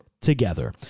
together